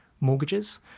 mortgages